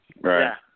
Right